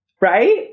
Right